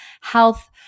health